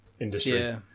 industry